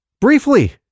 Briefly